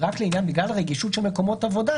רק לעניין רגישות של מקומות עבודה,